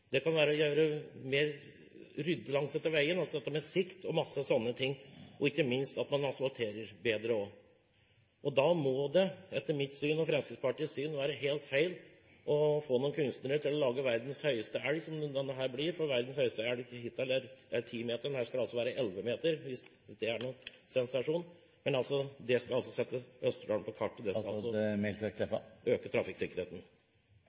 mer langs veien for bedre sikt osv., og ikke minst at man asfalterer bedre. Da må det etter mitt og Fremskrittspartiets syn være helt feil å få noen kunstnere til å lage verdens høyeste elg, som denne blir. Verdens høyeste elg hittil er 10 meter, mens denne skal være 11 meter – hvis det er noen sensasjon. Men det skal altså sette Østerdalen på kartet, og det skal øke trafikksikkerheten.